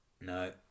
No